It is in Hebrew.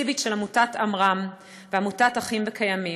מסיבית של עמותת עמרם ועמותת אחים וקיימים,